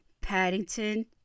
Paddington